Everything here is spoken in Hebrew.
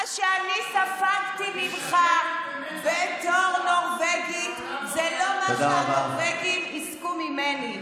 מה שאני ספגתי ממך בתור נורבגית זה לא מה שהנורבגים יזכו ממני,